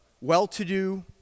well-to-do